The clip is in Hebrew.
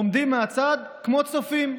עומדים מהצד כמו צופים,